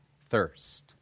thirst